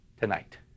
tonight